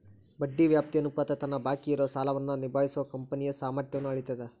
ಬಡ್ಡಿ ವ್ಯಾಪ್ತಿ ಅನುಪಾತ ತನ್ನ ಬಾಕಿ ಇರೋ ಸಾಲವನ್ನ ನಿಭಾಯಿಸೋ ಕಂಪನಿಯ ಸಾಮರ್ಥ್ಯನ್ನ ಅಳೇತದ್